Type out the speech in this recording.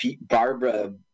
Barbara